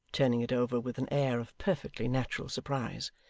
turning it over with an air of perfectly natural surprise.